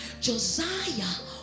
Josiah